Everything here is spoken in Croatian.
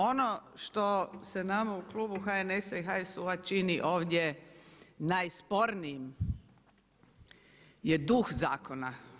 Ono što se nama u klubu HNS-a i HSU-a čini ovdje najspornijim je duh zakona.